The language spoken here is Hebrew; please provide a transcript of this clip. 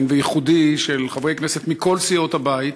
וייחודי של חברי כנסת מכל סיעות הבית,